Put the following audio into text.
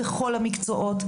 בכל המקצועות,